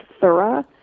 thorough